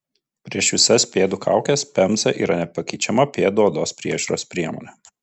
prieš visas pėdų kaukes pemza yra nepakeičiama pėdų odos priežiūros priemonė